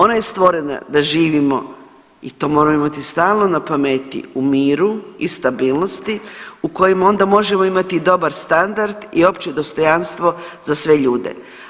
Ona je stvorena da živimo i to moramo imati stalno na pameti u miru i stabilnosti u kojem onda možemo imati i dobar standard i opće dostojanstvo za sve ljude.